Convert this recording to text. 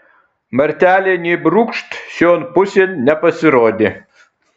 martelė nė brūkšt šion pusėn nepasirodė